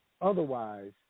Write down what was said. Otherwise